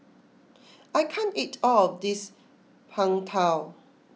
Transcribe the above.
I can't eat all of this Png Tao